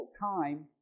time